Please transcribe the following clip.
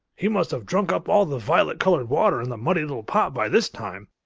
he must have drunk up all the violet-colored water in the muddy little pot by this time.